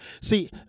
See